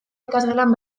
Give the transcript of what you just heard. ikasgelan